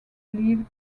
live